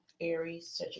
Aries